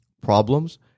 problems